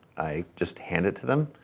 i just hand it to them.